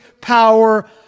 power